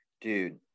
dude